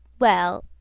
well,